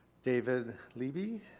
david lieby.